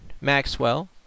Maxwell